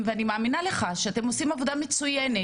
ואני מאמינה לך שאנחנו עושים עבודה מצוינת,